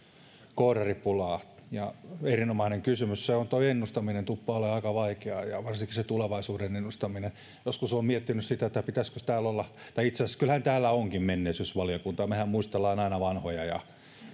koodaripulaa erinomainen kysymys tuo ennustaminen tuppaa olemaan aika vaikeaa varsinkin se tulevaisuuden ennustaminen joskus olen miettinyt sitä pitäisikö täällä olla tai itse asiassa kyllähän täällä onkin menneisyysvaliokunta mehän muistelemme aina vanhoja ja